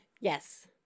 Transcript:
yes